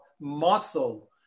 muscle